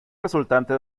resultante